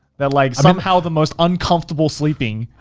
that like somehow the most uncomfortable sleeping.